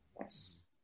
Yes